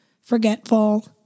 forgetful